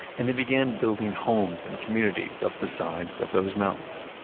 and they began building homes and communities up the sides of those mountains.